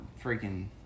freaking